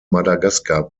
madagaskar